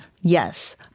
yes